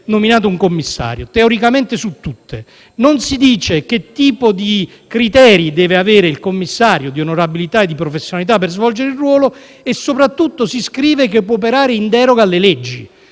nominato un commissario: teoricamente, su tutte. Non si dice che tipo di criteri deve avere il commissario, di onorabilità e di professionalità, per svolgere il ruolo e, soprattutto, si scrive che può operare in deroga alle leggi.